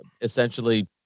essentially